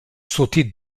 sauter